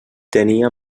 tenia